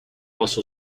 also